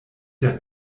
der